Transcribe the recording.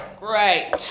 Great